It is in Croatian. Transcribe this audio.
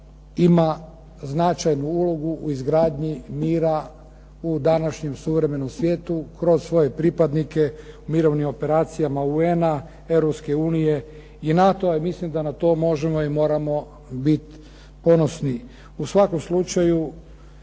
ima značajnu ulogu u izgradnji mira u današnjem suvremenom svijetu kroz svoje pripadnike u mirovnim operacijama UN-a, Europske unije i NATO-a i mislim da na to možemo i moramo biti ponosni. U svakom slučaju